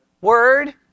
word